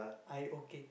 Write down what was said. I okay